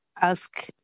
ask